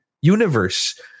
universe